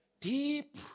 Deep